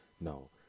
No